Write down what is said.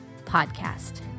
Podcast